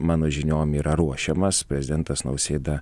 mano žiniom yra ruošiamas prezidentas nausėda